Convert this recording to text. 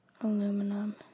Aluminum